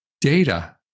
data